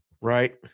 Right